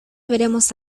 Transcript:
veremos